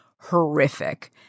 horrific